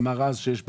אמר אז שיש בעיה,